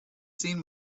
seen